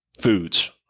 foods